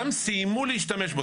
גם סיימו להשתמש בו,